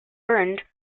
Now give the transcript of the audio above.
burned